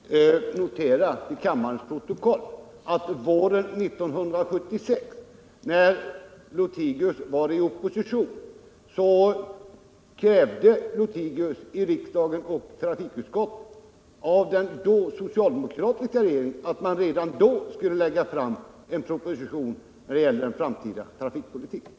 Herr talman! Jag vill bara notera till kammarens protokoll att herr Lothigius våren 1976, när han var i oppositionsställning, krävde i riksdag och trafikutskott av den dåvarande socialdemokratiska regeringen att den redan då skulle lägga fram en proposition om den framtida trafikpolitiken.